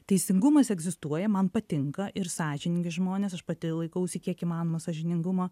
teisingumas egzistuoja man patinka ir sąžiningi žmonės aš pati laikausi kiek įmanoma sąžiningumo